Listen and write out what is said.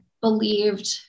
believed